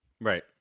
Right